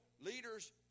leaders